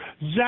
Zach